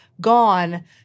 gone